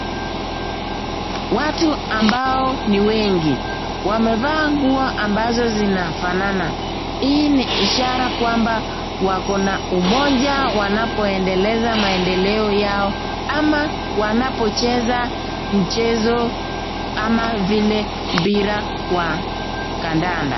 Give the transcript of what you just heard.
Watu ambao ni wengi, wamevaa nguo ambazo zinafanana, hii ni ishara kwamba wako na umoja wanapo endeleza maendeleo yao ama wanapocheza mchezo ama vile mpira wa kandanda.